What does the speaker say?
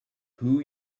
who